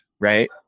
right